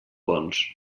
bons